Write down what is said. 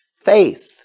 faith